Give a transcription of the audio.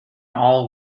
all